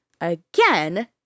again